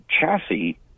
chassis